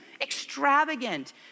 extravagant